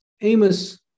Amos